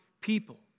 people